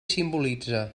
simbolitze